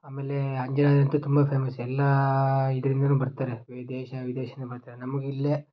ಆಮೇಲೇ ಅಂಜನಾದ್ರಿ ಅಂತೂ ತುಂಬ ಫೇಮಸ್ ಎಲ್ಲ ಇದರಿಂದನೂ ಬರ್ತಾರೆ ವಿದೇಶ ವಿದೇಶದಿಂದ ಬರ್ತಾರೆ ನಮ್ಗೆ ಇಲ್ಲಿಯೇ